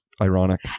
ironic